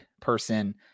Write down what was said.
person